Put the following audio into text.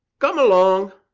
come along.